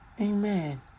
Amen